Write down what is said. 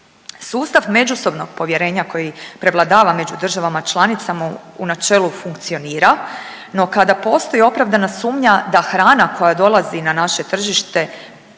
Sustav međusobnog povjerenja koji prevladava među državama članicama u načelu funkcionira no kada postoji opravdana sumnja da hrana koja dolazi na naše tržište